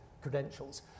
credentials